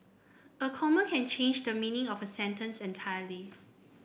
a comma can change the meaning of a sentence entirely